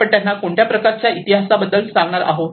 आपण त्यांना कोणत्या प्रकारच्या इतिहासाबद्दल सांगणार आहोत